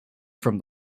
from